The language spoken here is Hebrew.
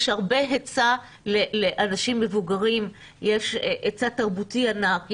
יש הרבה היצע לאנשים מבוגרים - יש היצע תרבותי ענק,